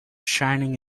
shining